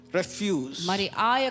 refuse